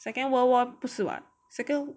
second world war 不是 [what]